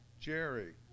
Jerry